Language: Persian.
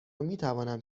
میتوانم